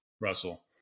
Russell